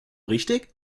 richtig